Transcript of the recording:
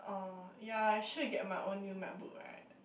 oh yeah I should get my own new MacBook right